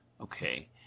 Okay